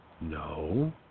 No